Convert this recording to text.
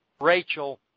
Rachel